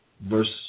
Verse